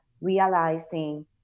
realizing